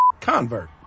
convert